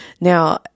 Now